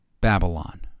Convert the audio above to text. Babylon